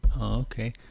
Okay